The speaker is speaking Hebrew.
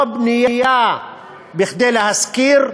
לא בנייה כדי להשכיר,